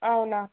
అవునా